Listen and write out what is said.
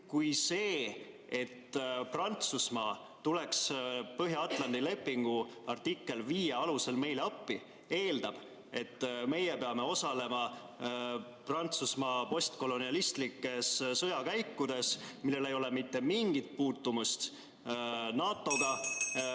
kui see, et Prantsusmaa tuleks Põhja-Atlandi lepingu artikkel 5 alusel meile appi, eeldab, et meie peame osalema Prantsusmaa postkolonialistlikes sõjakäikudes, millel ei ole mitte mingit puutumust NATO-ga